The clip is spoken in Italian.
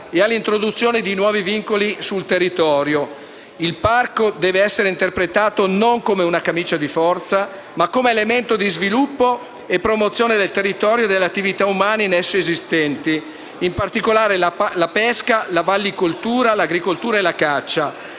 e all’introduzione di nuovi vincoli sul territorio. Il parco deve essere interpretato non come camicia di forza, ma come elemento di sviluppo e promozione del territorio e delle attività umane in esso esistenti, in particolare la pesca, la vallicoltura, l’agricoltura e la caccia.